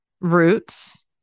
roots